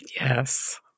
Yes